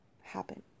happen